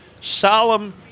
Solemn